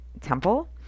temple